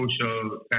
social